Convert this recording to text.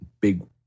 big